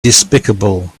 despicable